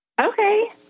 Okay